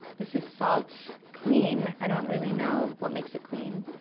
this is salt clean. i don't really know what makes it clean.